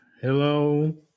Hello